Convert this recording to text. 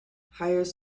hires